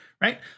right